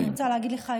אני רוצה להגיד לך,